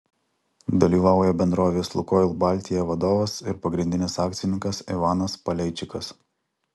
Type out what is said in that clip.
dalyvauja bendrovės lukoil baltija vadovas ir pagrindinis akcininkas ivanas paleičikas